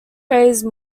raised